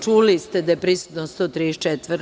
Čuli ste da je prisutno 134.